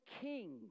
kings